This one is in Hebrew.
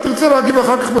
תרצה להגיב אחר כך,